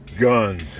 guns